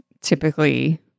typically